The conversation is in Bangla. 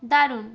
দারুণ